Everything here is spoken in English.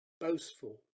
boastful